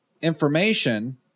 information